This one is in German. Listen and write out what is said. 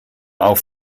auf